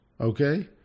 okay